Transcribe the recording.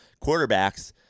quarterbacks